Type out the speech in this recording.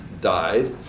died